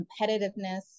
competitiveness